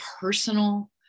personal